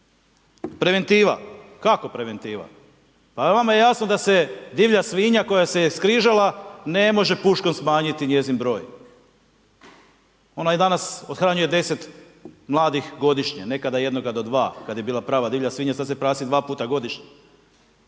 Preventiva? Kako preventiva? Pa jel vama jasno da se divlja svinja koja se skrižala ne može puškom smanjiti njezin broj. Ona danas othranjuje deset mladih godišnje, nekad jedno do dva, kada je bila prava divlja svinja, sad se prasi dva puta godišnje.